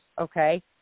okay